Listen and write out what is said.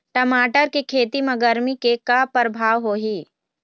टमाटर के खेती म गरमी के का परभाव होही?